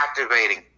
activating